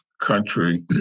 country